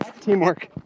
teamwork